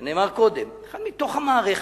זה נאמר קודם, אחד מתוך המערכת.